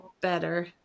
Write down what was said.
better